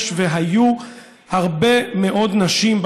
יש והיו הרבה מאוד נשים,